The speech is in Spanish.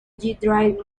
drive